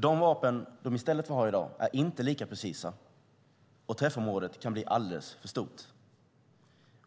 De vapen de i stället får ha i dag är inte lika precisa, och träffområdet kan bli alldeles för stort.